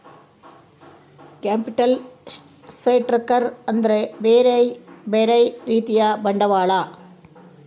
capital structure ಅಂದ್ರ ಬ್ಯೆರೆ ಬ್ಯೆರೆ ರೀತಿಯ ಬಂಡವಾಳ